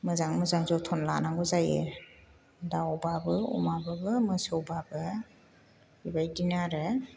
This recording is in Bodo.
मोजां मोजां जोथोन लानांगौ जायो दाउबाबो अमाबाबो मोसौबाबो बेबायदिनो आरो